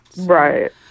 Right